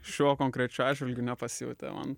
šiuo konkrečiu atžvilgiu nepasijautė man